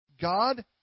God